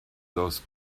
those